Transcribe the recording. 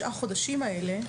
בשבעת החודשים הללו,